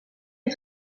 est